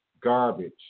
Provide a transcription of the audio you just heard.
garbage